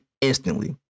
instantly